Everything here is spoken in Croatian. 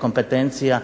kompetencija